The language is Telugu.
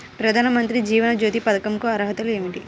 ప్రధాన మంత్రి జీవన జ్యోతి పథకంకు అర్హతలు ఏమిటి?